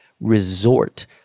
resort